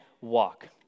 walk